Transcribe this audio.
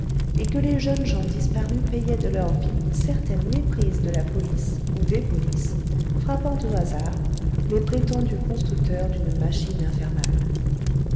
et que les jeunes gens disparus payaient de leur vie certaines méprises de la police ou des polices frappant au hasard les prétendus constructeurs d'une machine infernale